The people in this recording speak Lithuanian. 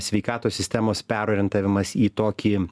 sveikatos sistemos perorientavimas į tokį